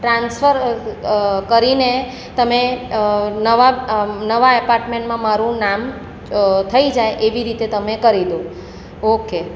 transfer કરીને તમે નવા નવા એપાર્ટમેન્ટમાં મારું નામ થઈ જાય એવી રીતે તમે કરી દો ઓકે